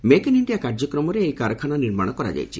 make in India କାର୍ଯ୍ୟକ୍ରମରେ ଏହି କାରଖାନା ନିର୍ମାଣ କରାଯାଇଛି